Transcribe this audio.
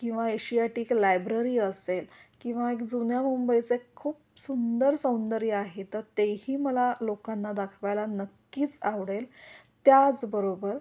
किंवा Asiatic library असेल किंवा एक जुन्या मुंबईचें खूप सुंदर सौंदर्य आहे तर तेही मला लोकांना दाखवायला नक्कीच आवडेल त्याचबरोबर